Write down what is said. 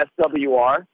SWR